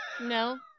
No